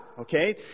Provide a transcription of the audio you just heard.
okay